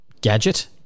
Gadget